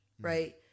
right